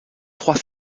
trois